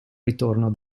ritorno